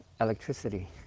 Electricity